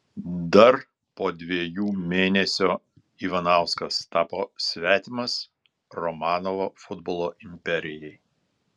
dar po dviejų mėnesio ivanauskas tapo svetimas romanovo futbolo imperijai